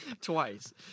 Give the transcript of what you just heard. Twice